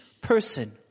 person